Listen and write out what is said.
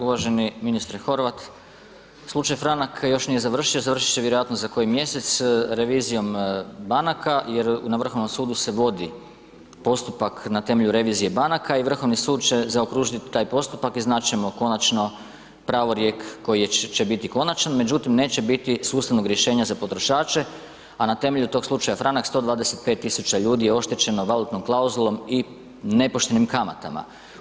Uvaženi ministre Horvat, slučaj Franak još nije završio, završit će vjerojatno za koji mjesec revizijom banaka jer na Vrhovnom sudu se vodi postupak na temelju revizije banak i Vrhovni sud će zaokružiti taj postupak i znat ćemo konačno pravorijek koji će biti konačan međutim neće biti sustavnog rješenja za potrošače a na temelju tog slučaja Franak, 125 000 je oštećeno valutnom klauzulom i nepoštenim kamatama.